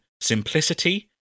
simplicity